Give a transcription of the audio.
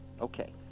Okay